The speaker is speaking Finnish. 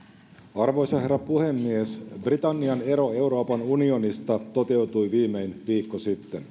arvoisa herra puhemies britannian ero euroopan unionista toteutui viimein viikko sitten